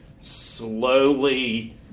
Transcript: slowly